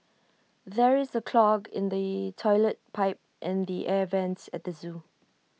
there is A clog in the Toilet Pipe and the air Vents at the Zoo